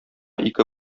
ике